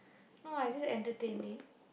no I just entertain it